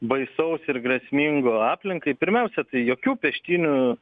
baisaus ir grėsmingo aplinkai pirmiausia tai jokių peštynių